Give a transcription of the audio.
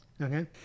Okay